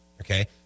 Okay